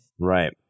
Right